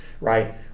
right